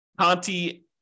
Conti